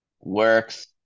works